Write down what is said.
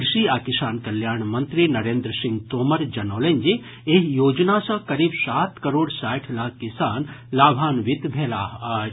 कृषि आ किसान कल्याण मंत्री नरेंद्र सिंह तोमर जनौलनि जे एहि योजना सँ करीब सात करोड़ साठि लाख किसान लाभान्वित भेलाह अछि